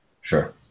Sure